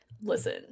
listen